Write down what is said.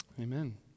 Amen